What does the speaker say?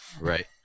Right